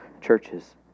churches